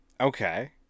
Okay